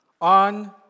on